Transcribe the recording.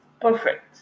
perfect